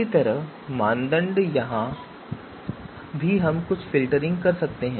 इसी तरह मानदंड यहाँ भी हम कुछ फ़िल्टरिंग कर सकते हैं